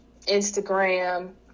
Instagram